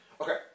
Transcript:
Okay